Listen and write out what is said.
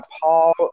Paul